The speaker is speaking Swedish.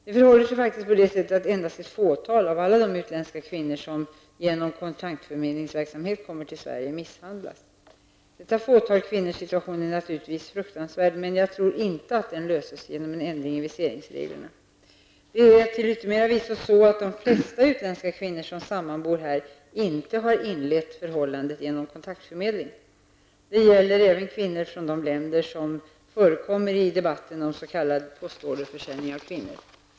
Det förhåller sig faktiskt på det sättet att endast ett fåtal av alla de utländska kvinnor, som genom kontaktförmedlingsverksamhet kommer till Sverige, misshandlas. Detta fåtal kvinnors situation är naturligtvis fruktansvärd, men jag tror inte att den löses genom en ändring i viseringsreglerna. Det är till yttermera visso så, att de flesta utländska kvinnor som sammanbor här inte har inlett förhållandet genom kontaktförmedling. Det gäller även de kvinnor från andra länder som förekommer i debatten om s.k. postorderförsäljning av kvinnor.